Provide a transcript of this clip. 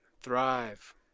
thrive